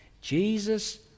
Jesus